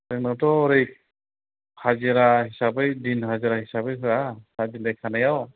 जोंनावथ' ओरै हाजिरा हिसाबै दिन हाजिरा हिसाबै होआ सा बिलाइ खानायाव